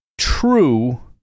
True